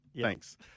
Thanks